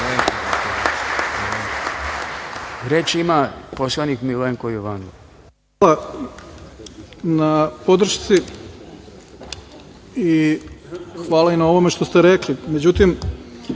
Reč ima poslanik Milenko Jovanov.